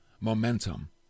momentum